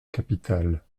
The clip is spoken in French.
capitale